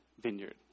Vineyard